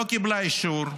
לא קיבלה אישור,